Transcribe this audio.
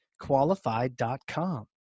Qualified.com